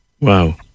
Wow